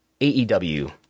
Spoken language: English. AEW